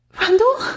Randall